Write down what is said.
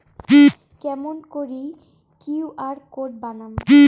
কেমন করি QR code বানাম?